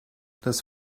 das